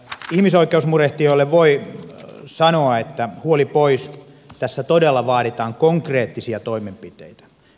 ihmisoikeusmurehtijoille voi sanoa että huoli pois tässä todella vaaditaan konkreettisia toimenpiteitä